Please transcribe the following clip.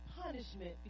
punishment